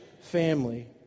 family